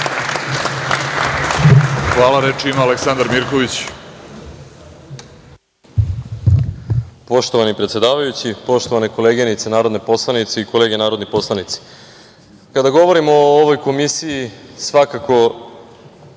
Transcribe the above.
Hvala. Reč ima Aleksandar Mirković.